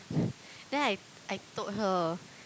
then I I told her